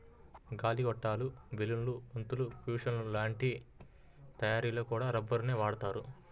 గాలి గొట్టాలు, బెలూన్లు, బంతులు, కుషన్ల లాంటి వాటి తయ్యారీలో కూడా రబ్బరునే వాడతారు